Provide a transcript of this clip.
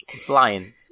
flying